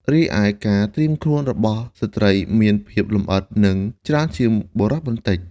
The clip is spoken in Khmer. រីឯការត្រៀមខ្លួនរបស់ស្ត្រីមានភាពលម្អិតនិងច្រើនជាងបុរសបន្តិច។